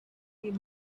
you